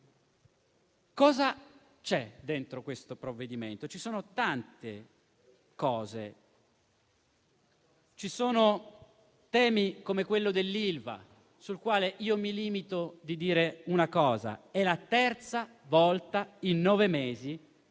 cosa c'è dentro questo provvedimento? Ci sono tante cose. Ci sono temi come quello dell'Ilva, sul quale mi limito a dire che è la terza volta in nove mesi